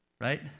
Right